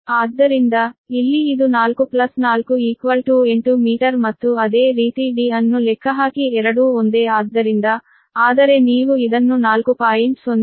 ಆದ್ದರಿಂದ ಇಲ್ಲಿ ಇದು 4 ಪ್ಲಸ್ 4 8 ಮೀಟರ್ ಮತ್ತು ಅದೇ ರೀತಿ d ಅನ್ನು ಲೆಕ್ಕಹಾಕಿ ಎರಡೂ ಒಂದೇ ಆದ್ದರಿಂದ ಆದರೆ ನೀವು ಇದನ್ನು 4